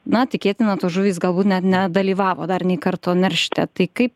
na tikėtina tos žuvys galbūt net nedalyvavo dar nė karto nerte tai kaip